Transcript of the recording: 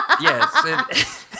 Yes